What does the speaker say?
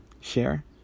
share